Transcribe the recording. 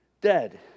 dead